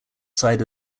side